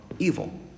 evil